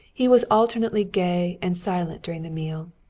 he was alternately gay and silent during the meal,